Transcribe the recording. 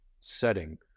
setting